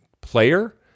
player